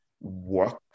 work